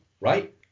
right